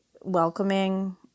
welcoming